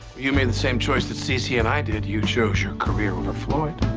you made the same choice that c c. and i did. you chose your career over floyd.